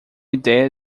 ideia